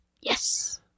yes